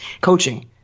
coaching